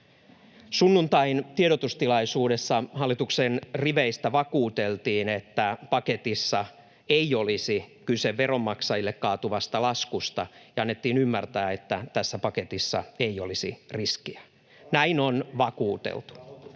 Sunnuntain tiedotustilaisuudessa hallituksen riveistä vakuuteltiin, että paketissa ei olisi kyse veronmaksajille kaatuvasta laskusta, ja annettiin ymmärtää, että tässä paketissa ei olisi riskiä. Näin on vakuuteltu.